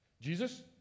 Jesus